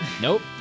Nope